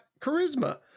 charisma